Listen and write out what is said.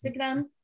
Instagram